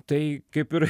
tai kaip ir